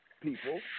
people